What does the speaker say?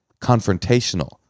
confrontational